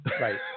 Right